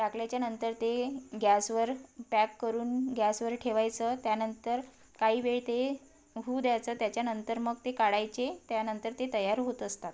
टाकल्याच्यानंतर ते गॅसवर पॅक करून गॅसवर ठेवायचं त्यानंतर काही वेळ ते होऊ द्यायचं त्याच्यानंतर मग ते काढायचे त्यानंतर ते तयार होत असतात